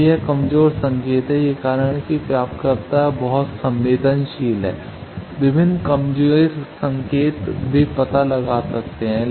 तो यह एक कमजोर संकेत है यही कारण है कि प्राप्तकर्ता बहुत संवेदनशील हैं विभिन्न कमजोर संकेत वे पता लगा सकते हैं